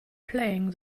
playing